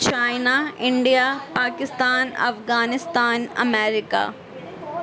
China India Pakistan Afghanistan America